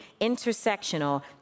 intersectional